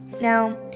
now